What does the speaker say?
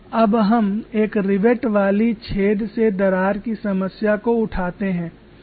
अब हम एक रिवेट वाले छेद से दरार की समस्या को उठाते हैं